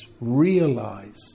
Realize